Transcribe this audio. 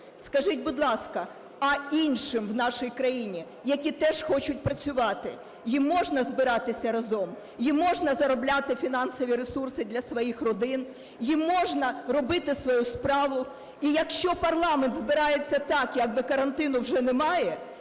скажіть, будь ласка, а іншим в нашій країні, які теж хочуть працювати, їм можна збиратися разом, їм можна заробляти фінансові ресурси для своїх родин, їм можна робити свою справу? І якщо парламент збирається так, якби карантину вже немає,